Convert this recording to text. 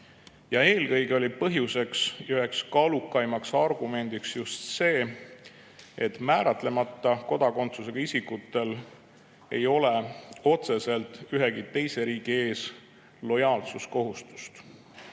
Eelkõige oli põhjus ja üks kaalukaim argument just see, et määratlemata kodakondsusega isikutel ei ole otseselt ühegi teise riigi ees lojaalsuskohustust.